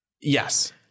yes